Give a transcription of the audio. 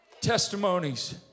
Testimonies